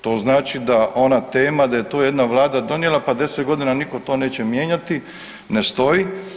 To znači da ona tema da je to jedna Vlada donijela, pa 10 godina nitko to neće mijenjati ne stoji.